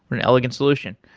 an elegant solution.